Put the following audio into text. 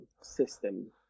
system